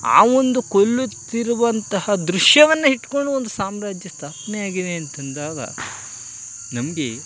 ಆ ಒಂದು ಕೊಲ್ಲುತ್ತಿರುವಂತಹ ದೃಶ್ಯವನ್ನು ಇಟ್ಟುಕೊಂಡು ಒಂದು ಸಾಮ್ರಾಜ್ಯ ಸ್ಥಾಪನೆ ಆಗಿದೆ ಅಂತಂದಾಗ ನಮಗೆ